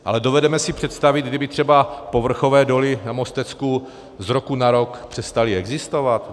Ale dovedeme si představit, kdyby třeba povrchové doly na Mostecku z roku na rok přestaly existovat?